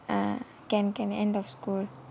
err can can end of school